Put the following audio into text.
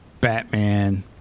Batman